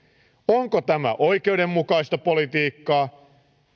onko tämä oikeudenmukaista politiikkaa